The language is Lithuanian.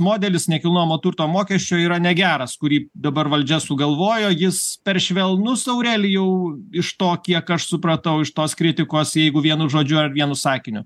modelis nekilnojamo turto mokesčio yra negeras kurį dabar valdžia sugalvojo jis per švelnus aurelijau iš to kiek aš supratau iš tos kritikos jeigu vienu žodžiu ar vienu sakiniu